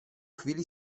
chvíli